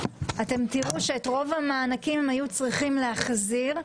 אתם תראו שאת רוב המענקים היו צריכים להחזיר.